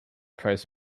price